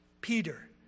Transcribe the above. Peter